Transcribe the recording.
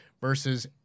versus